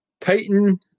Titan